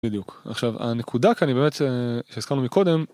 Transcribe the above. בדיוק, עכשיו הנקודה כאן היא באמת שהזכרנו מקודם.